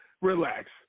Relax